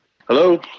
Hello